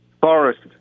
forest